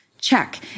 Check